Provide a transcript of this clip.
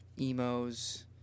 Emo's